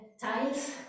tiles